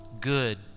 good